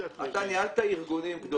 אתה ניהלת ארגונים גדולים.